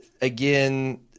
again